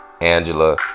angela